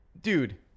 dude